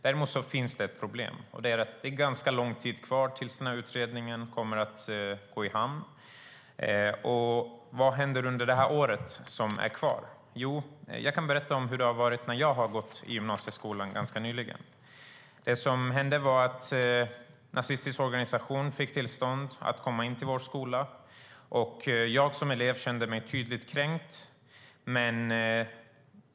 Däremot finns det ett problem, och det är att det är ganska lång tid kvar tills utredningen kommer att gå i hamn. Vad händer under det år som är kvar? Jag kan berätta hur det var när jag gick på gymnasiet ganska nyligen. Det som hände vad att en nazistisk organisation fick tillstånd att komma in till vår skola. Jag som elev kände mig tydligt kränkt.